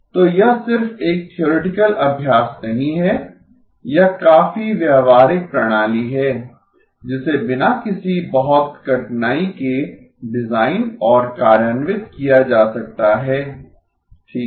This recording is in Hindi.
तो यह सिर्फ एक थ्योरेटिकल अभ्यास नहीं है यह काफी व्यावहारिक प्रणाली है जिसे बिना किसी बहुत ज्यादा कठिनाई के डिजाइन और कार्यान्वित किया जा सकता है ठीक है